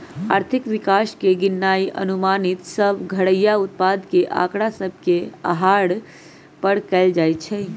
आर्थिक विकास के गिननाइ अनुमानित सभ घरइया उत्पाद के आकड़ा सभ के अधार पर कएल जाइ छइ